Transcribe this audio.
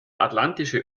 atlantische